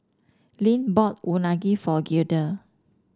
Lynne bought Unagi for Gilda